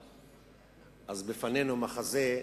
אז בפנינו מחזה,